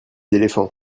éléphants